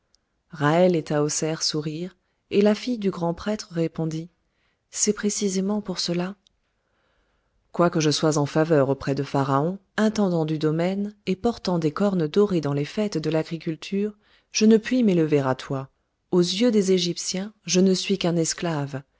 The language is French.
et tahoser sourirent et la fille du grand prêtre répondit c'est précisément pour cela quoique je sois en faveur auprès du pharaon intendant du domaine et portant des cornes dorées dans les fêtes de l'agriculture je ne puis m'élever à toi aux yeux des égyptiens je ne suis qu'un esclave